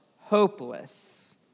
hopeless